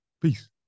Peace